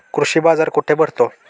कृषी बाजार कुठे भरतो?